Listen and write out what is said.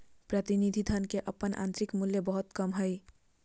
प्रतिनिधि धन के अपन आंतरिक मूल्य बहुत कम हइ